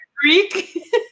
Greek